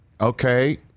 Okay